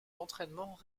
d’entraînement